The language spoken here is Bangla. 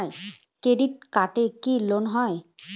ক্রেডিট কার্ডে কি লোন হয়?